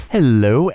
Hello